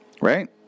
right